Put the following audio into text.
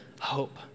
hope